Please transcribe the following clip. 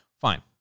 fine